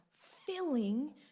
filling